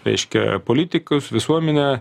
reiškia politikus visuomenę